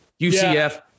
UCF